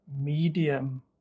medium